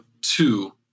two